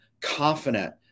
confident